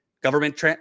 government